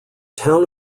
town